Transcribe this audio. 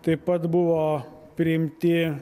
taip pat buvo priimti